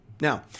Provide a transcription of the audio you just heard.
Now